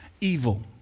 evil